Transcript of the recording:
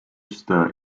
stir